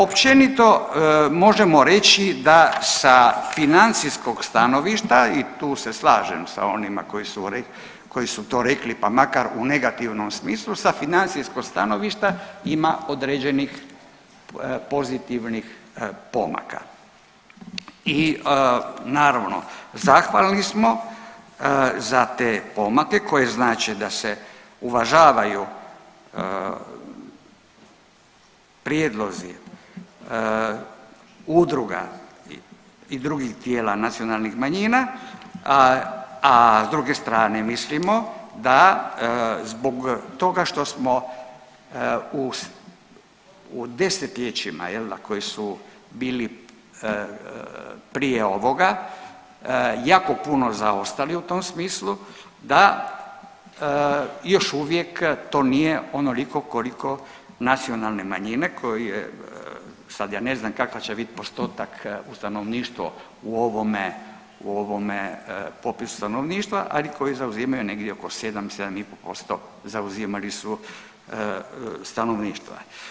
Općenito možemo reći da sa financijskog stanovišta i tu se slažem sa onima koji su, koji su to rekli pa makar u negativnom smislu sa financijskog stanovišta ima određenih pozitivnih pomaka i naravno zahvalni smo za te pomake koji znače da se uvažavaju prijedlozi udruga i drugih tijela nacionalnih manjina, a s druge strane mislimo da zbog toga što smo desetljećima koji su bili prije ovoga jako puno zaostali u tom smislu da još uvijek to nije onoliko koliko nacionalne manjine koje sad ja ne znam kakav će biti postotak u stanovništvo u ovome popisu stanovništva ali koji zauzimaju negdje oko 7, 7 i pol posto zauzimali su stanovništva.